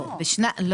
לא.